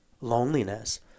loneliness